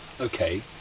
okay